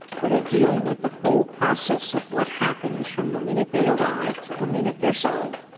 but are dealing with the whole process of what happens from the minute they arrive to the minute they are sold.